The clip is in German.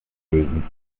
lösen